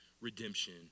Redemption